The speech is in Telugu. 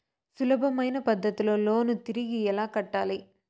సులభమైన పద్ధతిలో లోను తిరిగి ఎలా కట్టాలి